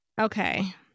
Okay